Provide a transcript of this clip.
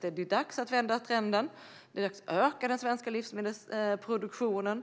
Det är dags att vända trenden och öka den svenska livsmedelsproduktionen,